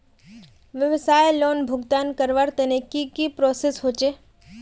व्यवसाय लोन भुगतान करवार तने की की प्रोसेस होचे?